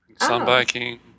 sunbaking